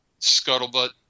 scuttlebutt